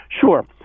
Sure